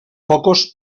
pocos